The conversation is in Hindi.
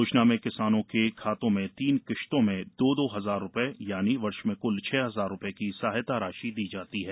योजना में किसानों के खातों में तीन किस्तों में दो दो हजार रूपये यानि वर्ष में क्ल छह हजार रूपये की सहायता राशि दी जाती है